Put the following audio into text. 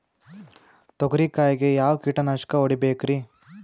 ತೊಗರಿ ಕಾಯಿಗೆ ಯಾವ ಕೀಟನಾಶಕ ಹೊಡಿಬೇಕರಿ?